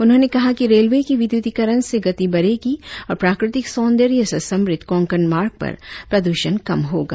उन्होंने कहा कि रेलवे के विद्युतीकरण से गति बढ़ेगी और प्राकृतिक सौंदर्य से समृद्ध कोंकण मार्ग पर प्रदूषण कम होगा